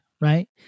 Right